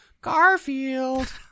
Garfield